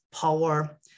power